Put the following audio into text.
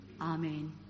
Amen